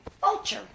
vulture